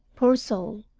poor soul,